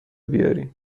بیارین